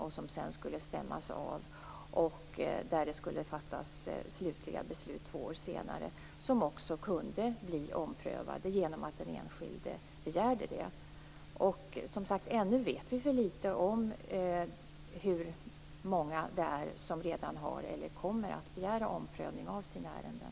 Denna skulle sedan stämmas av och det skulle fattas slutliga beslut två år senare - beslut som också kunde bli omprövade genom att den enskilde begärde det. Ännu vet vi som sagt för lite om hur många det är som redan har begärt eller kommer att begära omprövning av sina ärenden.